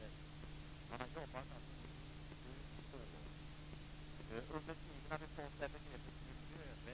De gamla reglerna för kärntekniska anläggningar är fortfarande desamma.